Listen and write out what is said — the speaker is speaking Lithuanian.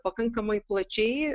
pakankamai plačiai